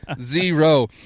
Zero